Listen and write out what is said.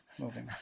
moving